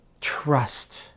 trust